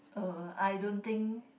uh I don't think